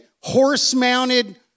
horse-mounted